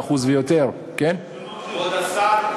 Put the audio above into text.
ב-25% ויותר, כבוד השר, זאת הבעיה.